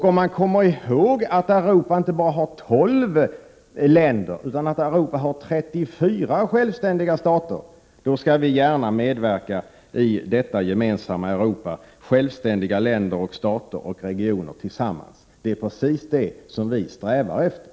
Om man kommer ihåg att Europa inte bara har 12 länder utan 34 självständiga stater, då skall vi gärna medverka i detta gemensamma Europa av självständiga länder, stater och regioner Prot. 1988/89:30 tillsammans. Det är precis det som vi strävar efter.